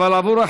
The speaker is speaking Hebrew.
אורי